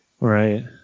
Right